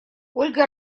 ольга